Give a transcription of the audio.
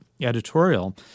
editorial